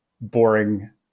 boring